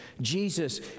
Jesus